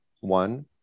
one